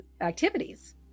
activities